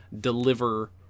deliver